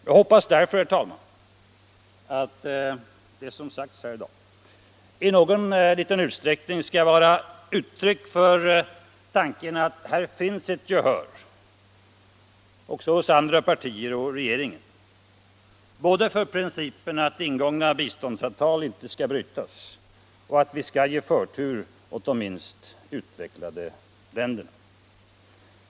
Jag hoppas därför, herr talman, att det som sagts och inte sagts här i dag kan tolkas som ett uttryck för att det finns ett gehör hos andra partier och hos regeringen både för principen att ingångna biståndsavtal skall hållas och att vi skall ge förtur åt de minst utvecklade länderna.